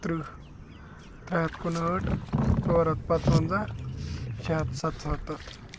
تٕرٛہ ترٛےٚ ہَتھ کُنہٲٹھ ژور ہَتھ پَنٛژونٛزاہ شےٚ ہَتھ سَتسَتَتھ